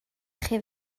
chi